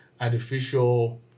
artificial